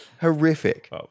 Horrific